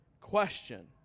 question